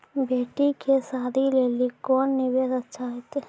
बेटी के शादी लेली कोंन निवेश अच्छा होइतै?